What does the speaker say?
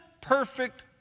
perfect